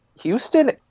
Houston